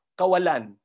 kawalan